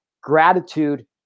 gratitude